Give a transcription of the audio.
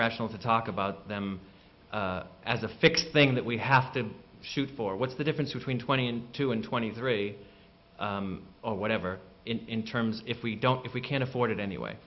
rational to talk about them as a fixed thing that we have to shoot for what's the difference between twenty and two and twenty three or whatever in terms if we don't if we can't afford it anyway